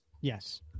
yes